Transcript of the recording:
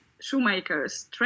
shoemakers